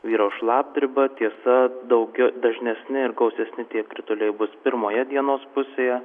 vyraus šlapdriba tiesa daug dažnesni ir gausesni krituliai bus pirmoje dienos pusėje